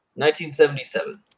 1977